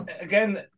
Again